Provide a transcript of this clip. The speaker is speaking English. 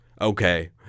Okay